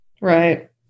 Right